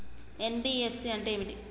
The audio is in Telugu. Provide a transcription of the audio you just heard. ఎన్.బి.ఎఫ్.సి అంటే ఏమిటి?